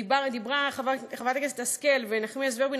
דיברו חברות הכנסת השכל ונחמיאס ורבין